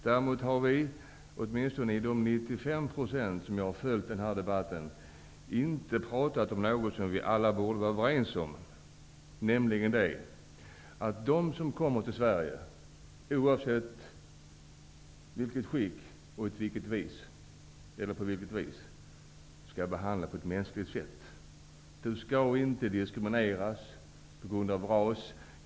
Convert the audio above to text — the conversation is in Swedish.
Däremot har det inte, åtminstone inte i den del av debatten som jag har följt, sagts nästan någonting om det som alla borde vara överens om, nämligen att de som kommer till Sverige, oavsett i vilket skick och på vilket sätt, skall behandlas mänskligt. Människor skall inte diskrimineras på grund av ras.